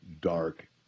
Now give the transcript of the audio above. dark